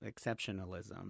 exceptionalism